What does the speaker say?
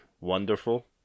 wonderful